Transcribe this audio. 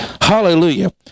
Hallelujah